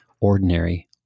ordinary